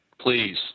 Please